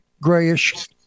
grayish